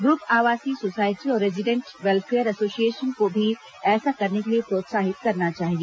group आवासीय society और resident welfare association को भी ऐसा करने के लिए प्रोत्साहित करना चाहिए